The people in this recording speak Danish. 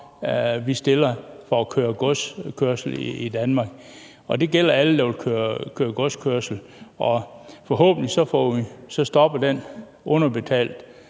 vi stiller, for at køre godskørsel i Danmark. Det gælder alle, der vil køre godskørsel. Forhåbentlig stopper underbetalingen